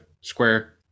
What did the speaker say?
square